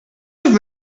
have